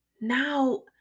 Now